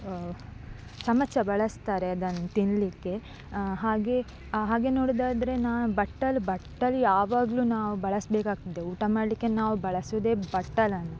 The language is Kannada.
ಚಮಚ ಬಳಸ್ತಾರೆ ಅದನ್ನು ತಿನ್ನಲಿಕ್ಕೆ ಹಾಗೆ ಹಾಗೆ ನೋಡುವುದಾದ್ರೆ ನಾ ಬಟ್ಟಲು ಬಟ್ಟಲು ಯಾವಾಗಲು ನಾವು ಬಳಸಬೇಕಾಗ್ತದೆ ಊಟ ಮಾಡಲಿಕ್ಕೆ ನಾವು ಬಳಸುವುದೇ ಬಟ್ಟಲನ್ನು